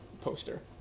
poster